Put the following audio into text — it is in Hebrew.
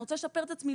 אני רוצה לשפר את עצמי,